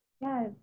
Yes